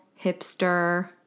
hipster